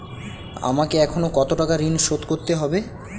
আমাকে এখনো কত টাকা ঋণ শোধ করতে হবে?